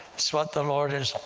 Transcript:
that's what the lord has